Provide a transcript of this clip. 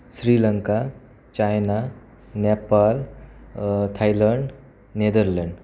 Sri Lanka China Nepal Thailand Netherlands